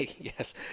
Yes